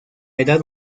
edad